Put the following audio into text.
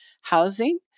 housing